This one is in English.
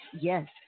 yes